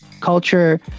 culture